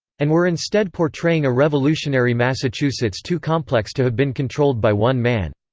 and were instead portraying a revolutionary massachusetts too complex to have been controlled by one man.